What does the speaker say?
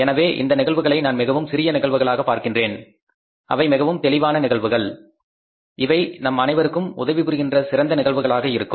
எனவே இந்த நிகழ்வுகளை நான் மிகவும் சிறிய நிகழ்வுகளாக பார்க்கின்றேன் அவை மிகவும் தெளிவான நிகழ்வுகள் இவை நம் அனைவருக்கும் உதவி புரிகின்ற சிறந்த நிகழ்வுகளாக இருக்கும்